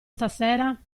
stasera